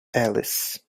alice